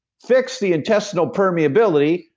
fix the intestinal permeability,